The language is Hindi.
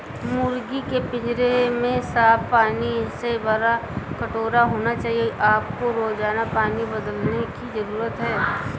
मुर्गी के पिंजरे में साफ पानी से भरा कटोरा होना चाहिए आपको रोजाना पानी बदलने की जरूरत है